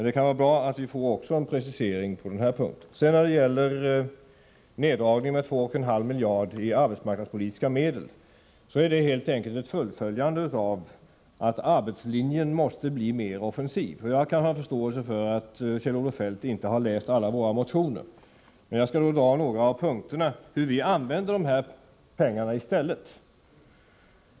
Det kan vara bra att vi också får en precisering på den punkten. När det gäller neddragningen med 2,5 miljarder kronor i arbetsmarknadspolitiska medel är detta helt enkelt ett fullföljande av inställningen att arbetslinjen måste bli mer offensiv. Jag kan ha förståelse för att Kjell-Olof Feldt inte har läst alla våra motioner. Jag skall redovisa några av punkterna när det gäller hur vi använder de här pengarna i stället.